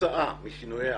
שכתוצאה משינויי האקלים,